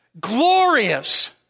Glorious